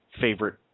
favorite